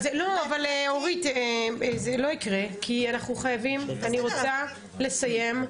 אבל אורית זה לא יקרה, אני רוצה לסיים.